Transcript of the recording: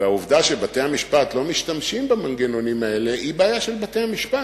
והעובדה שבתי-המשפט לא משתמשים במנגנונים האלה היא בעיה של בתי-המשפט,